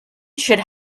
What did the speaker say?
should